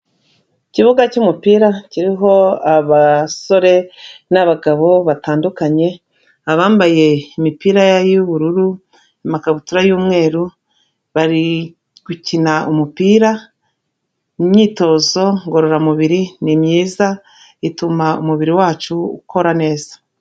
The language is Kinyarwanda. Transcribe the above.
Ikibuga cy'umupira kiriho abasore n'abagabo batandukanye, abambaye imipira y'ubururu, amakabutura y'umweru, bari gukina umupira, imyitozo ngororamubiri ni myiza ituma umubiri wacu ukora neza.